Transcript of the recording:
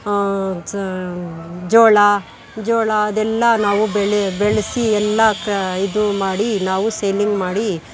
ಸ ಜೋಳ ಜೋಳ ಅದೆಲ್ಲ ನಾವು ಬೆಳೆ ಬೆಳೆಸಿ ಎಲ್ಲ ಕ ಇದು ಮಾಡಿ ನಾವು ಸೇಲಿಂಗ್ ಮಾಡಿ